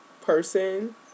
person